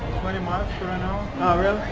twenty mph and um really?